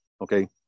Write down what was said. okay